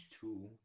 two